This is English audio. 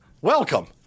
Welcome